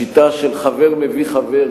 השיטה של חבר מביא חבר,